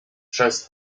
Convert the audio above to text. przez